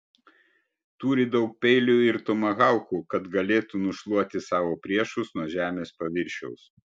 turi daug peilių ir tomahaukų kad galėtų nušluoti savo priešus nuo žemės paviršiaus